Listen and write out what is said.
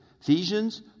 Ephesians